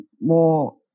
more